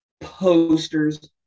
posters